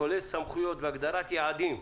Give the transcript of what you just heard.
כולל סמכויות והגדרת יעדים,